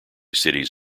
cities